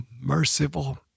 merciful